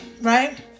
right